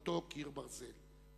אותו קיר ברזל.